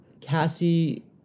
Cassie